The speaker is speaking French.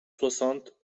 soixante